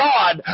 God